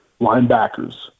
linebackers